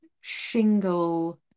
shingle